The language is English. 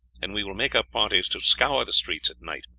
and we will make up parties to scour the streets at night.